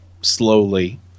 slowly